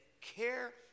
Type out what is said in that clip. care